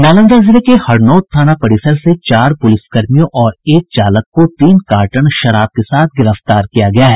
नालंदा जिले के हरनौत थाना परिसर से चार पुलिसकर्मियों और एक चालक को तीन कार्टन शराब के साथ गिरफ्तार किया गया है